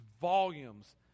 volumes